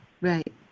Right